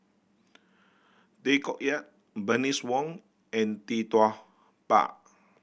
Tay Koh Yat Bernice Wong and Tee Tua Ba